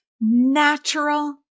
natural